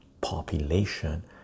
population